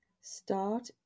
start